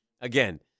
again